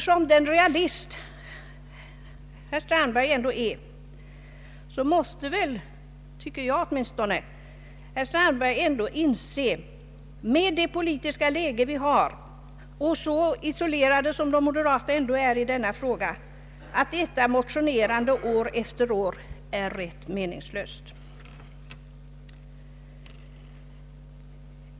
Som den realist herr Strandberg ändå är, måste herr Strandberg inse — med hänsyn till det politiska läge vi har och så isolerat som moderata samlingspartiet är i den na fråga — att detta motionerande år efter år är rätt meningslöst.